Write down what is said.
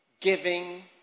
giving